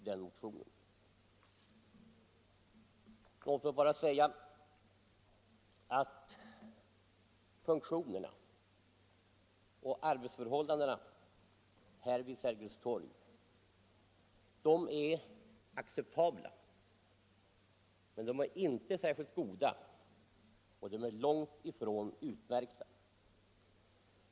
Låt mig bara säga att funktionerna och arbetsförhållandena här vid Sergels torg är acceptabla, men de är inte särskilt goda och de är långt ifrån utmärkta.